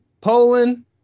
Poland